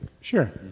Sure